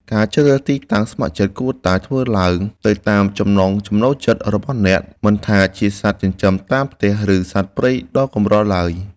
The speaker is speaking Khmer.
ការជ្រើសរើសទីតាំងស្ម័គ្រចិត្តគួរតែធ្វើឡើងទៅតាមចំណង់ចំណូលចិត្តរបស់អ្នក មិនថាជាសត្វចិញ្ចឹមតាមផ្ទះ ឬសត្វព្រៃដ៏កម្រឡើយ។